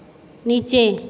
नीचे